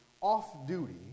off-duty